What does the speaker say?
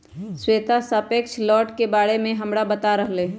श्वेता सापेक्ष लौटे के बारे में हमरा बता रहले हल